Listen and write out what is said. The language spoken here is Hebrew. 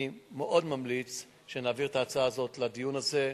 אני מאוד ממליץ שנעביר את ההצעה הזאת לדיון הזה.